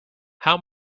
how